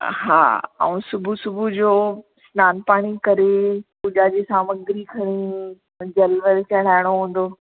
हा ऐं सुबुह सुबुह जो सनानु पाणी करे पूॼा जी सामग्री खणी जल वल चढ़ाइणो हूंदो